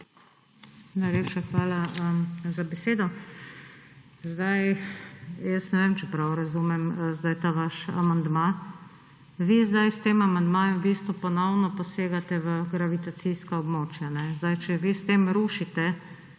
Najlepša hvala za besedo. Ne vem, ali prav razumem zdaj ta vaš amandma. Vi zdaj s tem amandmajem v bistvu ponovno posegate v gravitacijska območja. Če vi s tem rušite